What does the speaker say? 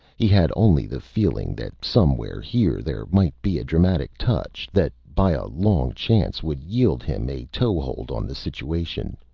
he had only the feeling that somewhere here there might be a dramatic touch that, by a long chance, would yield him a toehold on the situation.